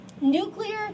nuclear